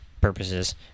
purposes